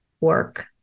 Work